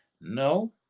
No